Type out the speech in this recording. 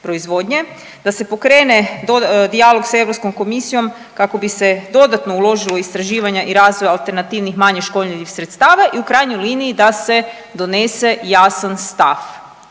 da se pokrene dijalog sa Europskom komisijom kako bi se dodatno uložilo u istraživanja i razvoju alternativnih manje škodljivih sredstava i u krajnjoj liniji da se donese jasan stav